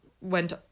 went